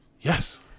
Yes